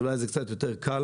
אולי זה קל לו יותר,